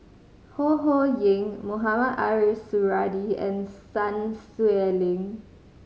Ho Ho Ying Mohamed Ariff Suradi and Sun Xueling